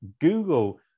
Google